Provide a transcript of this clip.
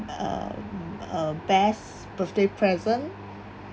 um uh best birthday present